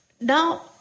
Now